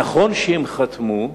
נכון שהם חתמו,